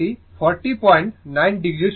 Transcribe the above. এবং এটি 409oএর সমান